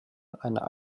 einer